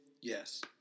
Yes